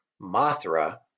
Mothra